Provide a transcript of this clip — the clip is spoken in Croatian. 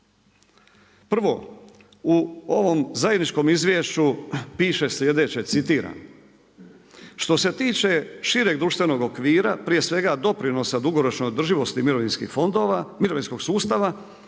Prvo, u ovom zajedničkom izvješću piše sljedeće citiram „Što se tiče šireg društvenog okvira, prije svega doprinosa dugoročne održivosti mirovinskog sustava,